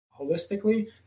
Holistically